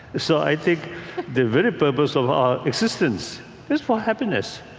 so i think the very purpose of our existence is for happiness.